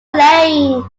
lane